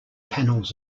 panels